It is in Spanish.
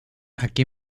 aquí